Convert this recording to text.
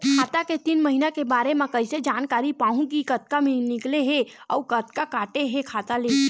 खाता के तीन महिना के बारे मा कइसे जानकारी पाहूं कि कतका निकले हे अउ कतका काटे हे खाता ले?